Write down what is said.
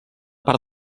part